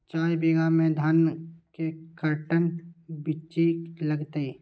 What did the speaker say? चार बीघा में धन के कर्टन बिच्ची लगतै?